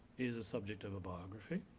is the subject of a biography.